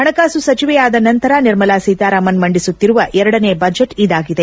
ಪಣಕಾಸು ಸಚಿವೆಯಾದ ನಂತರ ನಿರ್ಮಲಾ ಸೀತಾರಾಮನ್ ಮಂಡಿಸುತ್ತಿರುವ ಎರಡನೇ ಬಜೆಟ್ ಇದಾಗಿದೆ